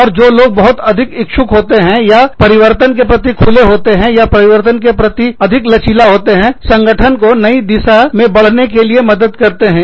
और लो जो बहुत अधिक इच्छुक होते हैं या परिवर्तन के प्रति खुले होते हैं या परिवर्तन के प्रति अधिक लचीला होते हैं संगठन को नई दिशा में बढ़ने के लिए मदद करते हैं